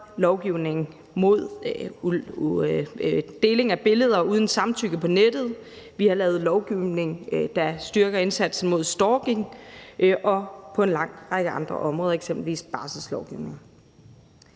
lovgivning mod deling af billeder uden samtykke på nettet. Vi har lavet lovgivning, der styrker indsatsen mod stalking – og på en lang række andre områder, eksempelvis barselslovgivningen.